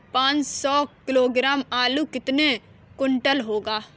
पाँच सौ किलोग्राम आलू कितने क्विंटल होगा?